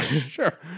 Sure